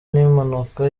n’impanuka